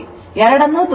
ಎರಡನ್ನೂ ತೋರಿಸಲಾಗಿದೆ